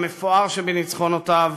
במפואר שבניצחונותיו,